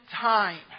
time